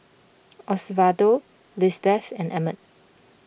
Osvaldo Lizbeth and Emmett